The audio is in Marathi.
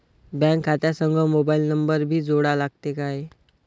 बँक खात्या संग मोबाईल नंबर भी जोडा लागते काय?